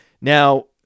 Now